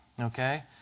Okay